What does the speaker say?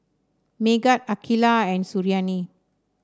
Megat Aqilah and Suriani